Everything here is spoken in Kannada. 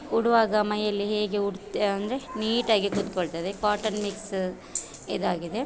ಉಡುವಾಗ ಮೈಯಲ್ಲಿ ಹೇಗೆ ಉಡತ್ತೆ ಅಂದರೆ ನೀಟಾಗಿ ಕೂತ್ಕೊಳ್ತದೆ ಕ್ವಾಟನ್ ಮಿಕ್ಸ್ ಇದಾಗಿದೆ